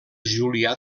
julià